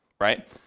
right